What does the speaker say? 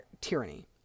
tyranny